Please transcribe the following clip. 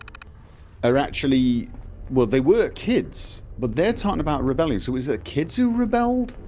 are actually well, they were kids but they're talking about rebelling so, is it kids who rebelled?